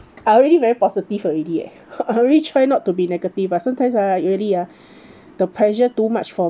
I already very positive already leh I already try not to be negative but sometimes ah really ah the pressure too much for